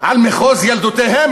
על מחוז ילדותם,